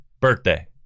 birthday